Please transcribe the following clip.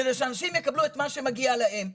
כדי שאנשים יקבלו את מה שמגיע להם.